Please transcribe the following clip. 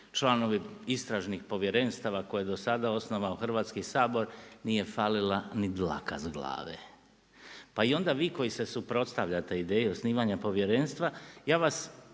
članovi istražnih povjerenstava koje je do sada osnovao Hrvatski sabor, nije falila ni dlaka s glave. Pa i onda vi koji se suprotstavljate ideji o osnivanju povjerenstva, ja vas